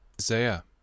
Isaiah